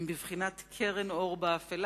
הם בבחינת קרן אור באפלה.